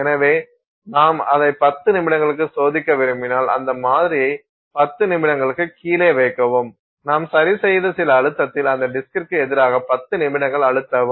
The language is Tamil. எனவே நாம் அதை பத்து நிமிடங்களுக்கு சோதிக்க விரும்பினால் அந்த மாதிரியை 10 நிமிடங்களுக்கு கீழே வைக்கவும் நாம் சரிசெய்த சில அழுத்தத்தில் அந்த டிஸ்க்க்கு எதிராக 10 நிமிடங்கள் அழுத்தவும்